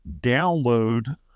download